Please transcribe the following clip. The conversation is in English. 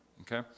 Okay